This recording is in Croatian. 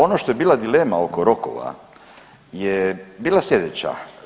Ono što je bila dilema oko rokova je bila slijedeća.